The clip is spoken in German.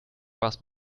spaß